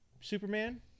Superman